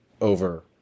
over